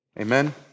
Amen